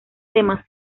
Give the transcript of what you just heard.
temas